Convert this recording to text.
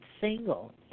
single